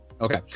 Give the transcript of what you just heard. Okay